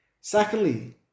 Secondly